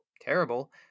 terrible